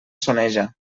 soneja